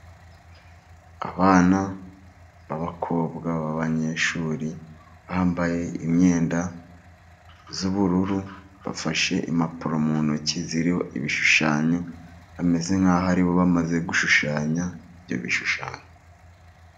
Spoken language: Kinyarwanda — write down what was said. Abana b'abakobwa b'abanyeshuri, bambaye imyenda y'ubururu bafashe impapuro mu ntoki ziriho ibishushanyo. Bameze nk'aho aribo bamaze gushushanya ibyo bishushanyo.